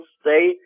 stay